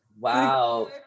Wow